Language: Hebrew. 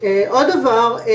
דבר נוסף,